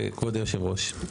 כבוד יושב הראש.